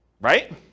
right